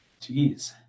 Jeez